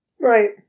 Right